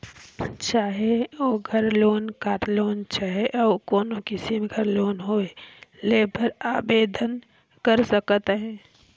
चाहे ओघर loan, car loan चहे अउ कोनो किसिम कर लोन होए लेय बर आबेदन कर सकत ह